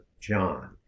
John